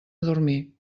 dormir